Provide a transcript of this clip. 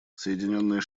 соединенные